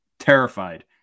terrified